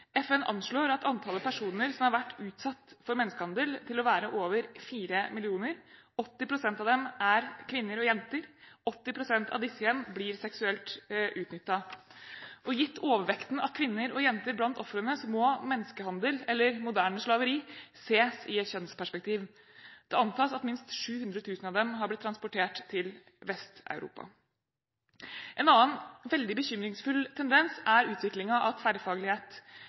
FN anslår antallet personer som har vært utsatt for menneskehandel, til å være over 4 millioner. 80 pst. av dem er kvinner og jenter. 80 pst. av disse igjen blir seksuelt utnyttet. Gitt overvekten av kvinner og jenter blant ofrene, må menneskehandel, eller moderne slaveri, ses i kjønnsperspektiv. Det antas at minst 700 000 av dem har blitt transportert til Vest-Europa. En annen veldig bekymringsfull tendens er utviklingen av tverrfaglighet.